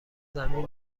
زمین